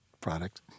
product